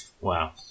Wow